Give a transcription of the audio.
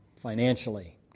Financially